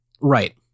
Right